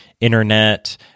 internet